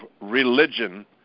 religion